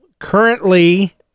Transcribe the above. Currently